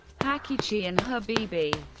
haqiqi, and habibi.